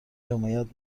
حمایت